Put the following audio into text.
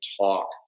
talk